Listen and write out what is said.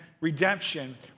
redemption